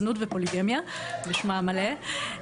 זנות ופוליגמיה בשמה המלא.